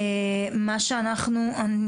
אני